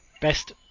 Best